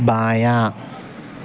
بایاں